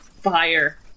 fire